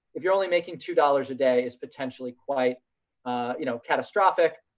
if you're only making two dollars a day is potentially quite you know catastrophic,